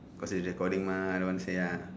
because it's recording mah I don't want say ah